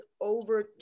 over